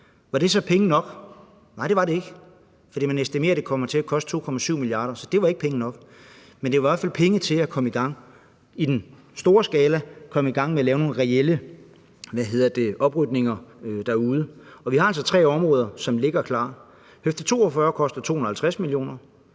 Var det så penge nok? Nej, det var det ikke, for man estimerer, at det kommer til at koste 2,7 mia. kr. Så det var ikke penge nok, men det var i hvert fald penge til at komme i gang i den store skala og komme i gang med at lave nogle reelle oprydninger derude, og vi har altså tre områder, som ligger klar. Høfde 42 koster 250 mio.